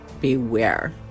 beware